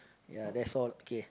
ya that's all K